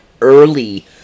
early